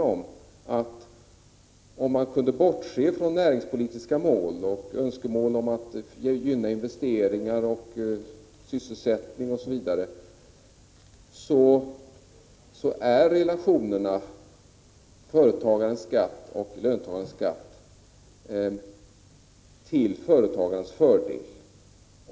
Om man kunde bortse från näringspolitiska mål och önskemål om att gynna investeringar och sysselsättning osv. är det inget tvivel om att relationerna mellan företagares skatt och löntagares skatt snabbt kunde rättas till så att de inte blev fullt så mycket till företagarnas fördel.